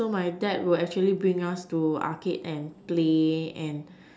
so my dad will actually bring us to arcade and play and